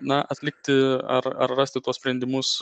na atlikti ar ar rasti tuos sprendimus